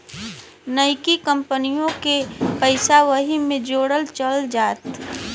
नइकी कंपनिओ के पइसा वही मे जोड़ल चल जात